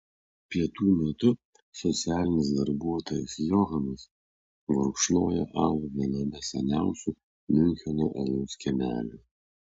pietų metu socialinis darbuotojas johanas gurkšnoja alų viename seniausių miuncheno alaus kiemelių